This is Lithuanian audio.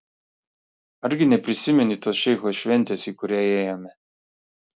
argi neprisimeni tos šeicho šventės į kurią ėjome